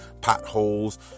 potholes